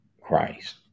christ